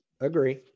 agree